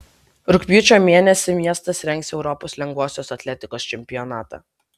rugpjūčio mėnesį miestas rengs europos lengvosios atletikos čempionatą